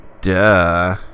duh